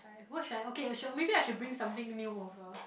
like what should I okay sure maybe I should bring something new over